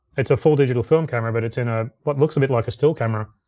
it's a full digital film camera, but it's in ah what looks a bit like a still camera.